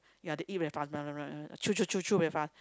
ya they eat very fast chew chew chew chew very fast